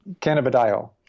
Cannabidiol